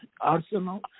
arsenal